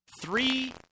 three